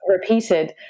repeated